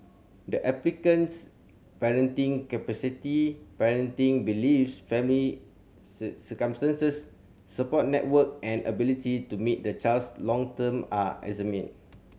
the applicant's parenting capacity parenting beliefs family circumstances support network and ability to meet the child's long term are examined